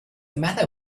matter